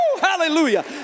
Hallelujah